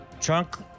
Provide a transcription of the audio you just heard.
Trunk